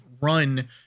run